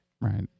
Right